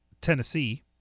Tennessee